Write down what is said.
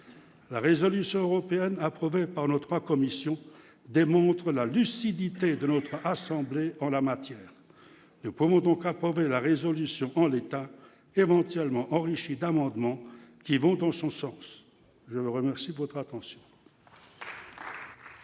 la résolution européenne, approuvée par notre commission démontre la lucidité de notre assemblée en la matière, je pense donc rapporter la résolution en l'état, éventuellement enrichie d'amendements qui vont dans son sens, je vous remercie de votre attention.